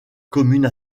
commune